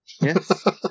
Yes